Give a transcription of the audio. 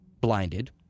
blinded